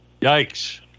Yikes